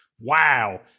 wow